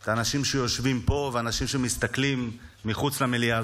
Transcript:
את האנשים שיושבים פה ואנשים שמסתכלים מחוץ למליאה.